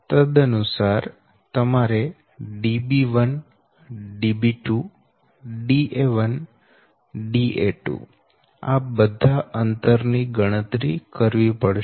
તદનુસાર તમારે Db1 Db2 Da1 Da2 આ બધા અંતર ની ગણતરી કરવી પડશે